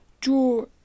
draw